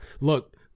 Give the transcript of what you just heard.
look